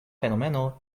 fenomeno